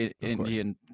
Indian